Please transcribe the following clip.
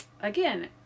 again